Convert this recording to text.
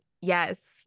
yes